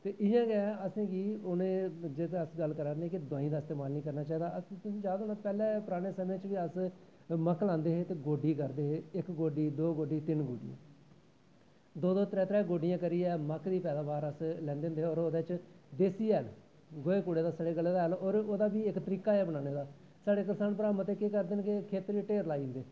ते इयां गै असें उनें जियां अस गल्ल करा ने आं दवाई दा इस्तेमाल नी करना चाही दा पराने समें च बी अस मक्क लांदे हे गोड्डी करदे हे इक गोड्डी दो गोड्डी तिन्न गोड्डी दो दो त्रै त्रै गोड्डियां करियै अस मक्क दी पैदाबार लैंदे होंदे हे फसलै च देस्सी हैल घाह् कूड़े दा सड़े गले दा हैल ओह्दा बी इक तरीका हा बनाने दा साढ़े मते करसान भ्रा केह् करदे न कि खेत्तरें द ढेर लाई ओड़दे